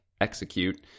execute